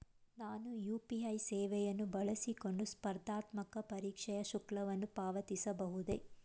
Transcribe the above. ನಾನು ಯು.ಪಿ.ಐ ಸೇವೆಯನ್ನು ಬಳಸಿಕೊಂಡು ಸ್ಪರ್ಧಾತ್ಮಕ ಪರೀಕ್ಷೆಯ ಶುಲ್ಕವನ್ನು ಪಾವತಿಸಬಹುದೇ?